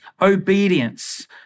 obedience